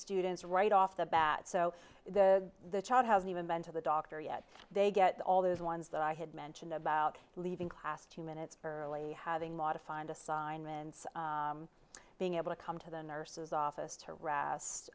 students right off the bat so the the child has even been to the doctor yet they get all those ones that i had mentioned about leaving class two minutes early having modify and assignments being able to come to the nurse's office